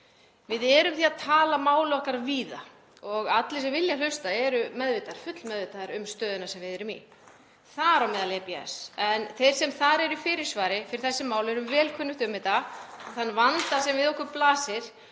Við erum því að tala máli okkar víða og allir sem vilja hlusta eru fullmeðvitaðir um stöðuna sem við erum í, þar á meðal EBS. Þeim sem þar eru í fyrirsvari fyrir þessi mál er vel kunnugt um þann vanda sem við okkur blasir